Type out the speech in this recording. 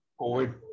COVID